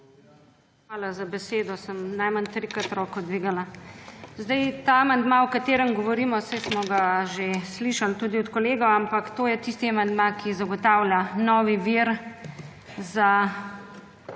Hvala za besedo. Sem najmanj trikrat roko dvignila. Ta amandma, o katerem govorimo, saj smo ga že slišali tudi od kolega, ampak to je tisti amandma, ki zagotavlja novi vir za